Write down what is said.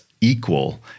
equal